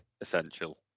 essential